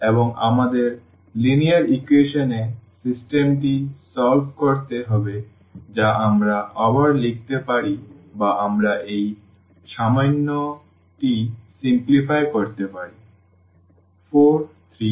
এবং আমাদের linear equation এ সিস্টেমটি সমাধান করতে হবে যা আমরা আবার লিখতে পারি বা আমরা এই সামান্যটি সিম্প্লিফাই করতে পারি